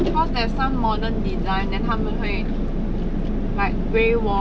cause there's some modern design then 他们会 like grey wall